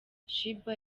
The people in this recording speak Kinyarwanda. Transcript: sheebah